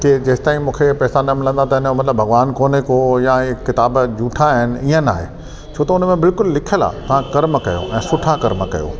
की जेसि ताईं मूंखे पैसा न मिलंदा त इन जो मतिलब भॻिवानु कोन्हे को या इहे किताब झूठा आहिनि इएं न आहे छो त उन में बिल्कुलु लिखियलु आहे तव्हां कर्म कयो ऐं सुठा कर्म कयो